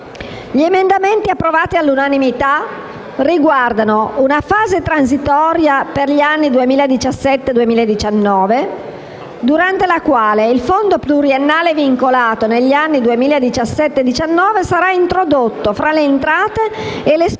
Gli emendamenti approvati all'unanimità riguardano una fase transitoria per gli anni 2017-2019, durante la quale il fondo pluriennale vincolato negli anni 2017-2019 sarà introdotto fra le entrate e le spese